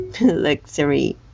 luxury